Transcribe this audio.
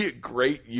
great